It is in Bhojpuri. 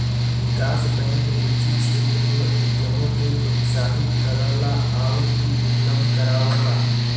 विकास बैंक निजी क्षेत्र में उद्यमों के प्रोत्साहित करला आउर वित्त उपलब्ध करावला